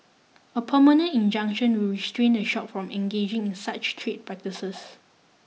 a permanent injunction will restrain the shop from engaging in such trade practices